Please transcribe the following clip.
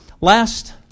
Last